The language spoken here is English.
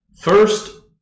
First